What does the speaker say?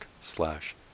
slash